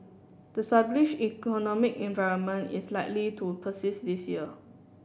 the sluggish economic environment is likely to persist this year